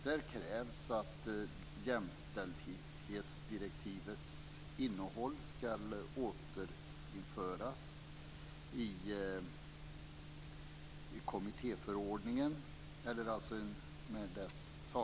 Där krävs att jämställdhetsdirektivets sakliga innehåll skall återinföras i kommittéförordningen.